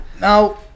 Now